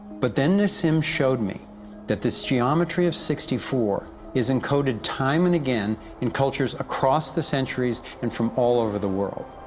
but then nassim showed me that this geometry of sixty-four is encoded time and again in cultures across the centuries and from all over the world.